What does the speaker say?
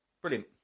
Brilliant